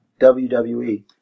WWE